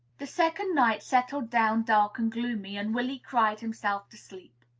the second night settled down dark and gloomy, and willy cried himself to sleep.